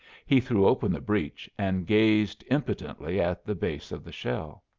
he threw open the breech and gazed impotently at the base of the shell.